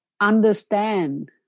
understand